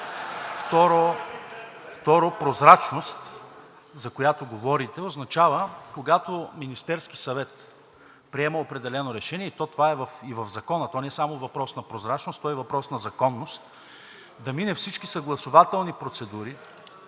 Второ, прозрачност, за която говорите, означава, когато Министерският съвет приема определено решение, и то това е и в Закона, то не е само въпрос на прозрачност, то е въпрос на законност, да мине всички съгласувателни процедури,